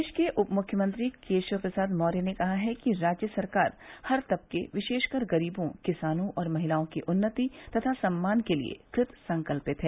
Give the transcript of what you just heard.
प्रदेश के उप मुख्यमंत्री केशव प्रसाद मौर्य ने कहा है कि राज्य सरकार हर तबके विशेषकर गरीबों किसानों और महिलाओं की उन्नति तथा सम्मान के लिये कृत संकल्पित है